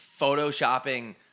Photoshopping